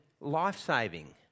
life-saving